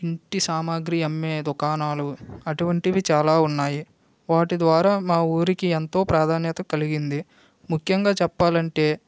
ఇంటి సామాగ్రి అమ్మే దుకాణాలు అటువంటివి చాలా ఉన్నాయి వాటి ద్వారా మా ఊరికి ఎంతో ప్రాధాన్యత కలిగింది ముఖ్యంగా చెప్పాలి అంటే